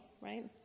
right